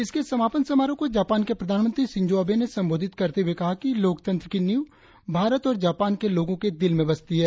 इसके समापन समारोह को जापान के प्रधानमंत्री शिंजो अबे ने संबोधित करते हुए कहा कि लोकतंत्र की नीव भारत और जापान के लोगों के दिल में बसती है